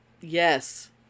yes